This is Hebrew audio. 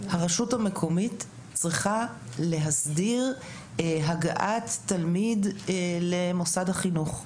הרשות המקומית צריכה להסדיר הגעת תלמיד למוסד החינוך.